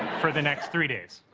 for the next three days.